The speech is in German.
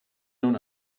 nun